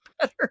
better